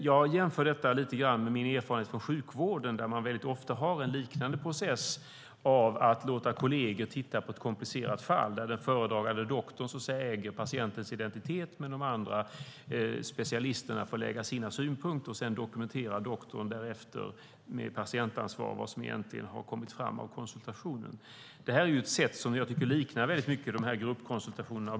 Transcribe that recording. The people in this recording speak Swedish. Jag jämför detta lite grann med min erfarenhet från sjukvården där man ofta har en liknande process. Man låter kolleger titta på ett komplicerat fall. Den föredragande doktorn äger patientens identitet medan specialisterna får lägga fram sina synpunkter. Därefter dokumenterar doktorn som har patientansvaret vad som egentligen har kommit fram av konsultationen. Detta är ett sätt som jag tycker liknar väldigt mycket de här gruppkonsultationerna.